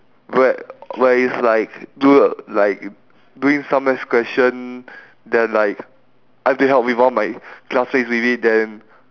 where where it's like do like doing some maths question then like I've to help with one of my classmates maybe then